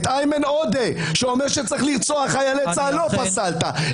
את איימן עודה שאומר שצריך לרצוח חיילי צה"ל לא פסלת.